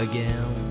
Again